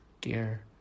dear